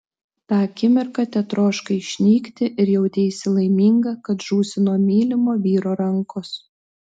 tą akimirką tetroškai išnykti ir jauteisi laiminga kad žūsi nuo mylimo vyro rankos